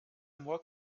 moi